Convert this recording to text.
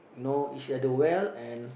know each other well and